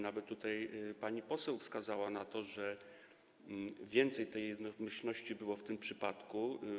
Nawet pani poseł tutaj wskazała na to, że więcej tej jednomyślności było w tym przypadku.